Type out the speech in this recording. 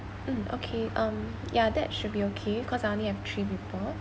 mm okay um ya that should be okay because I only have three people